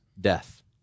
death